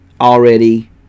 already